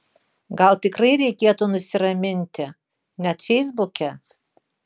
gal tikrai reikėtų nusiraminti net feisbuke